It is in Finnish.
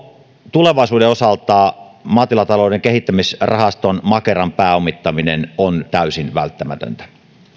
tulevaisuuden osalta maatilatalouden kehittämisrahaston makeran pääomittaminen on täysin välttämätöntä vielä